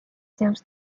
seus